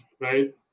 right